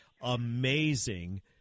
amazing